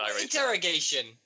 Interrogation